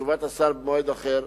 ותשובת השר תהיה במועד אחר.